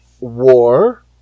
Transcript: War